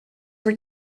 were